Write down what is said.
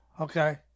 Okay